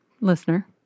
listener